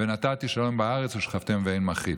"ונתתי שלום בארץ ושכבתם ואין מחריד".